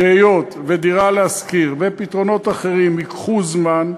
שהיות ש"דירה להשכיר" ופתרונות אחרים ייקחו זמן,